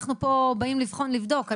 אנחנו באים פה לבחון ולבדוק.